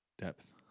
depth